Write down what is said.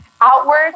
outward